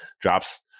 drops